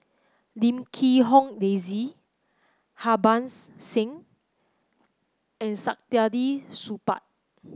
Lim Quee Hong Daisy Harbans Singh and Saktiandi Supaat